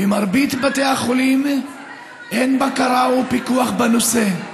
במרבית בתי החולים אין בקרה ופיקוח בנושא.